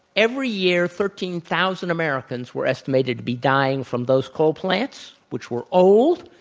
every year thirteen thousand americans were estimated to be dying from those coal plants which were old,